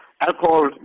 alcohol